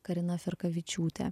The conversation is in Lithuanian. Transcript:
karina firkavičiūtė